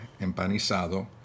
empanizado